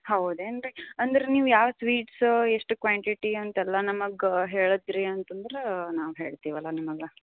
ಹೌದು ಏನು ರೀ ಅಂದ್ರೆ ನೀವು ಯಾವ ಸ್ವೀಟ್ಸ್ ಎಷ್ಟು ಕ್ವಾಂಟಿಟಿ ಅಂತೆಲ್ಲ ನಮಗೆ ಹೇಳಿದ್ರಿ ಅಂತಂದ್ರೆ ನಾವು ಹೇಳ್ತೀವಲ್ಲ ನಿಮಗೆ